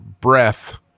breath